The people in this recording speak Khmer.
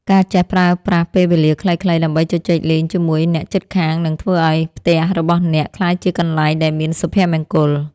ការចេះប្រើប្រាស់ពេលវេលាខ្លីៗដើម្បីជជែកលេងជាមួយអ្នកជិតខាងនឹងធ្វើឱ្យផ្ទះរបស់អ្នកក្លាយជាកន្លែងដែលមានសុភមង្គល។